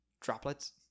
droplets